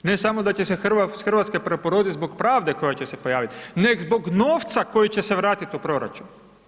Ne samo da će se Hrvatska preporoditi zbog pravde koja će se pojaviti nego zbog novca koji će se vratiti u proračun.